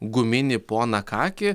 guminį poną kakį